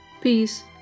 peace